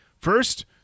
first